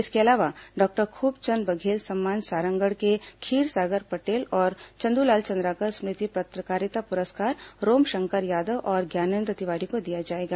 इसके अलावा डॉक्टर खूबचंद बघेल सम्मान सारंगढ़ के खीरसागर पटेल और चंदूलाल चंद्राकर स्मृति पत्रकारिता पुरस्कार रोम शंकर यादव और ज्ञानेन्द्र तिवारी को दिया जाएगा